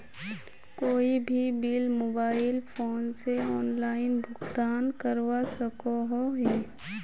कोई भी bill mobile phone से ऑनलाइन भुगतान करवा सकोहो ही?